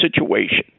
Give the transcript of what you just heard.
situation